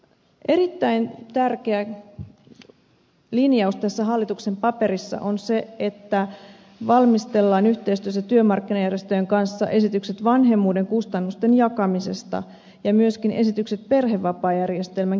erittäin tärkeä linjaus tässä hallituksen paperissa on se että valmistellaan yhteistyössä työmarkkinajärjestöjen kanssa esitykset vanhemmuuden kustannusten jakamisesta ja myöskin esitykset perhevapaajärjestelmän kehittämiseksi